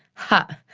ha!